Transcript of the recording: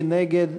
מי נגד?